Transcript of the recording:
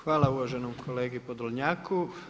Hvala uvaženom kolegi Podolnjaku.